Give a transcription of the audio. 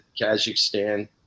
Kazakhstan